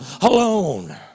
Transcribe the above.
alone